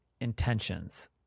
intentions